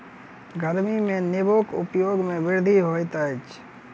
गर्मी में नेबोक उपयोग में वृद्धि होइत अछि